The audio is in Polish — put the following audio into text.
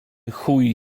chuj